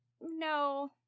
no